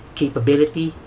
capability